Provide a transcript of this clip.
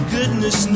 Goodness